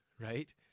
right